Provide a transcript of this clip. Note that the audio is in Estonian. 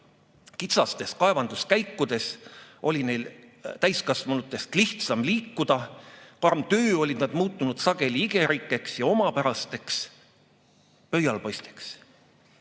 Kitsastes kaevanduskäikudes oli neil täiskasvanutest lihtsam liikuda. Karm töö oli nad muutnud sageli igerikeks ja omapärasteks pöialpoisteks.